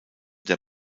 der